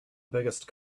biggest